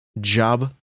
job